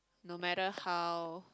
no matter how